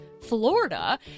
Florida